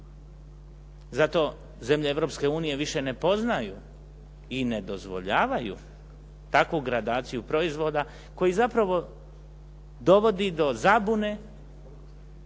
Zato zemlje Europske unije više ne poznaju i nedozvoljavaju takvu gradaciju proizvoda koji zapravo dovodi do zabune,